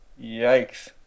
Yikes